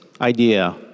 idea